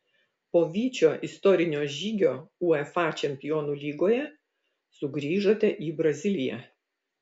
po vyčio istorinio žygio uefa čempionų lygoje sugrįžote į braziliją